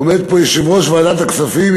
עומד פה יושב-ראש ועדת הכספים,